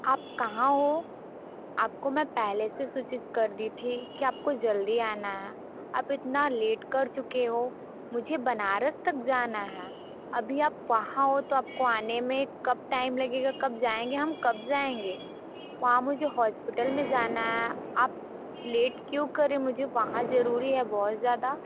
आप कहाँ हो आपको मैं पहले से सूचित कर दी थी के आपको जल्दी आना है आप इतना लेट कर चुके हो मुझे बनारस तक जाना है अभी आप वहाँ हो तो आपको आने मे कब टाइम लगेगा कब जाएंगे हम कब जाएंगे वहाँ मुझे हॉस्पिटल मे ज़ाना है आप लेट क्यों करे मुझे वहाँ ज़रूरी है बहुत ज़्यादा